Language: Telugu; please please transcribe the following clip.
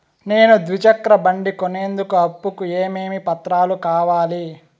నేను ద్విచక్ర బండి కొనేందుకు అప్పు కు ఏమేమి పత్రాలు కావాలి?